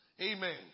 Amen